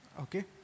Okay